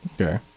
okay